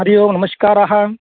हरिः ओं नमस्काराः